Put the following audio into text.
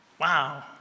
Wow